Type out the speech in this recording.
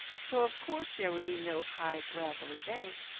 so of course there would be no high, gravelly bank,